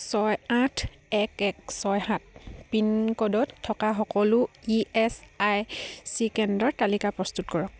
ছয় আঠ এক এক ছয় সাত পিনক'ডত থকা সকলো ই এছ আই চি কেন্দ্ৰৰ তালিকা প্ৰস্তুত কৰক